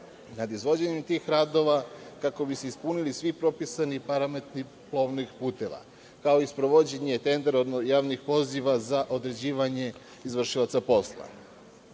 nad izvođenjem tih radova kako bi se ispunili svi propisani parametri plovnih puteva, kao i sprovođenje tendera, odnosno javnih poziva za određivanje izvršioca posla. Drugi